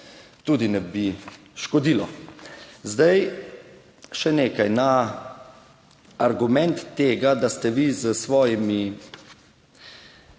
tudi ne bi škodilo. Zdaj še nekaj, na argument tega, da ste vi s svojimi,